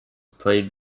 played